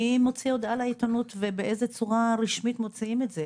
מי מוציא הודעה לעיתונות ובאיזה צורה רשמית מוציאים את זה?